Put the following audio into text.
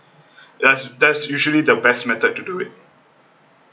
yes that's usually the best method to do it